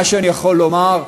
מה שאני יכול לומר,